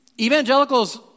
evangelicals